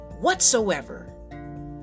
whatsoever